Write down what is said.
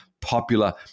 popular